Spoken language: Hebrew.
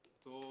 שאותו